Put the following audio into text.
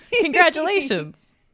congratulations